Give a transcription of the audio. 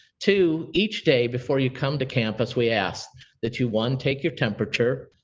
two, each day, before you come to campus, we ask that you, one, take your temperature.